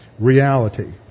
reality